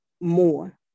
more